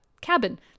cabin